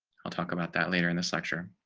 i'll talk about that later in this lecture.